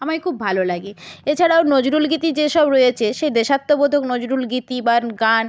আমাকে খুব ভালো লাগে এছাড়াও নজরুলগীতি যে সব রয়েছে সেই দেশাত্মবোধক নজরুলগীতি বা গান